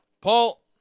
Paul